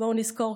בואו נזכור,